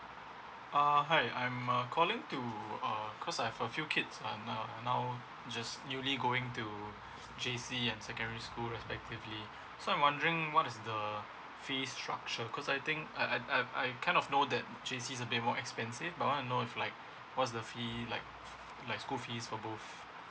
uh hi I'm uh calling to uh cause I have a few kids uh now just newly going to J_C and secondary school respectively so I wondering what is the fee structure cause I think I I I kind of know that J_C a bit more expensive but I want to know if like what's the fee like like school fees for both